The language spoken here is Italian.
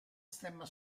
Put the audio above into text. stemma